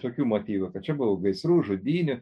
tokių motyvų kad čia buvo gaisrų žudynių